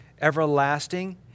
everlasting